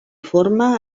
forma